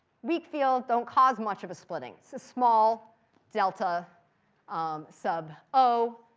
weak field don't cause much of a splitting. it's a small delta um sub o,